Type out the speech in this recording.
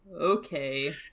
okay